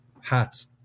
hats